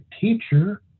teacher